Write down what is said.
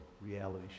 reality